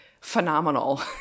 phenomenal